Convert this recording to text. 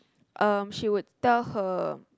um she would tell her